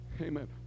Amen